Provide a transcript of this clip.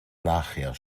nachher